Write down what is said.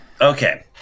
Okay